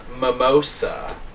Mimosa